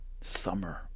Summer